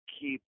keep